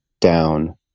down